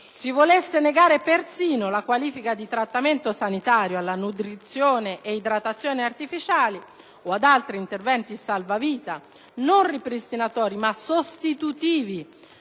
si volesse negare persino la qualifica di «trattamento sanitario» alla nutrizione ed idratazione artificiali - o ad altri interventi salvavita non ripristinatori, ma sostitutivi,